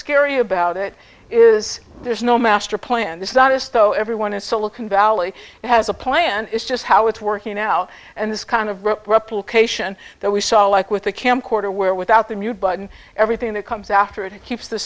scary about it is there's no master plan this is not us though everyone is so looking valley has a plan is just how it's working out and this kind of replication that we saw like with the camcorder where without the mute button everything that comes after it keeps the